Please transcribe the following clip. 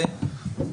ו-...?